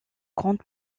grande